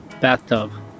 bathtub